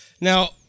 Now